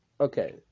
okay